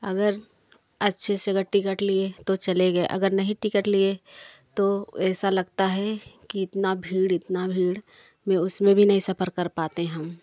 अगर अच्छे से अगर टिकट लिए तो चले गए अगर नहीं टिकेट लिए तो ऐसा लगता है कि इतना भीड़ इतना भीड़ में उसमें भी नहीं सफर कर पाते हम